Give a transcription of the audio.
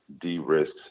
de-risk